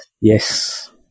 yes